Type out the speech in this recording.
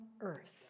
earth